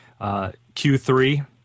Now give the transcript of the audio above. Q3